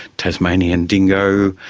tasmanian dingo.